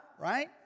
right